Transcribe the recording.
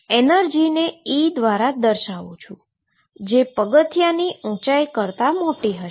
એનર્જીને E દ્વારા દર્શાવું જે પગથીયાની ઉંચાઈ કરતા મોટી હશે